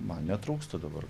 man netrūksta dabar